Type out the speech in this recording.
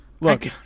Look